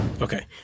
Okay